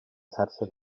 xarxa